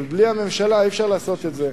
אבל בלי הממשלה אי-אפשר לעשות את זה.